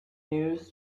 news